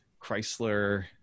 Chrysler